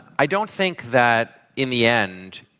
i don't think that, in the end,